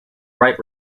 right